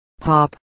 Pop